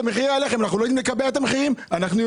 אנחנו לא יודעים לקבע את המחירים של הלחם?